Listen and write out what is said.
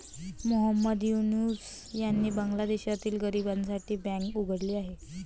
मोहम्मद युनूस यांनी बांगलादेशातील गरिबांसाठी बँक उघडली आहे